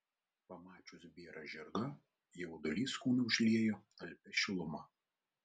pamačius bėrą žirgą jaudulys kūną užliejo alpia šiluma